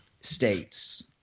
states